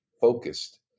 focused